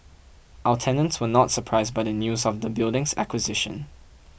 our tenants were not surprised by the news of the building's acquisition